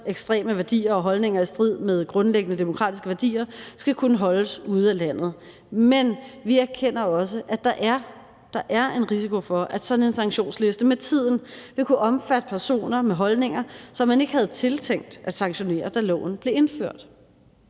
ekstreme værdier og holdninger i strid med grundlæggende demokratiske værdier, skal kunne holdes ude af landet. Men vi erkender også, at der er en risiko for, at sådan en sanktionsliste med tiden vil kunne omfatte personer med holdninger, som man ikke havde tiltænkt at sanktionere, da loven blev indført.